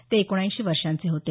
ते एकोणऐंशी वर्षांचे होते